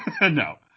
no